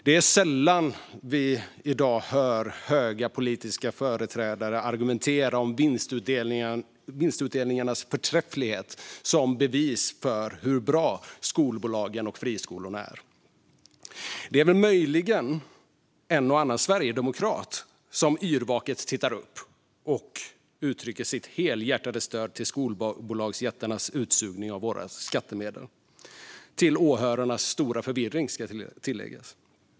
Det är sällan vi i dag hör höga politiska företrädare argumentera om vinstutdelningarnas förträfflighet som bevis för hur bra skolbolagen och friskolorna är. Det är väl möjligen en och annan sverigedemokrat som yrvaket tittar upp och uttrycker sitt helhjärtade stöd till skolbolagsjättarnas utsugning av våra skattemedel - till åhörarnas stora förvirring, ska tilläggas.